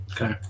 Okay